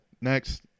Next